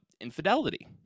infidelity